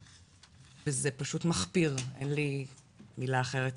זה פשוט מחפיר, אין לי מילה אחרת.